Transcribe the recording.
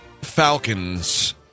Falcons